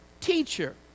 teacher